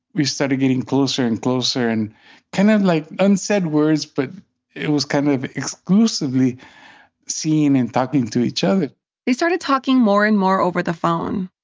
we started getting closer and closer, and kind of, like, unsaid words, but it was kind of exclusively seeing and talking to each other they started talking more and more over the phone.